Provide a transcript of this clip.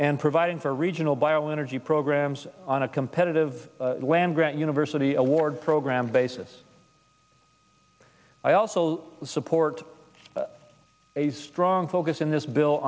and providing for regional bio energy programs on a competitive land university award program basis i also support strong focus in this bill